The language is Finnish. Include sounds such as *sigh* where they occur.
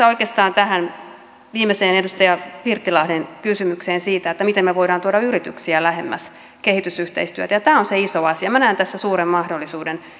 *unintelligible* oikeastaan tähän viimeiseen edustaja pirttilahden kysymykseen siitä miten me voimme tuoda yrityksiä lähemmäs kehitysyhteistyötä tämä on se iso asia minä näen tässä suuren mahdollisuuden